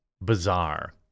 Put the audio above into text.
bizarre